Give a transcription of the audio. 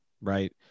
right